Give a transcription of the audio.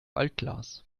altglas